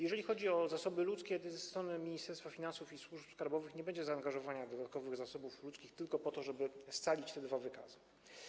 Jeżeli chodzi o zasoby ludzkie, ze strony Ministerstwa Finansów i służb skarbowych nie będzie zaangażowania dodatkowych zasobów ludzkich tylko po to, żeby scalić te dwa wykazy.